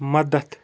مدد